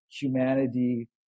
humanity